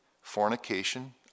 fornication